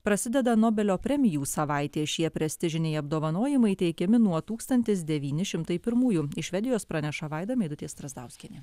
prasideda nobelio premijų savaitė šie prestižiniai apdovanojimai teikiami nuo tūkstantis devyni šimtai pirmųjų iš švedijos praneša vaida meidutė strazdauskienė